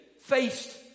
faced